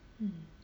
hmm